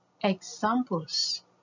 Examples